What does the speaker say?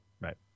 Right